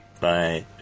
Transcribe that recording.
Bye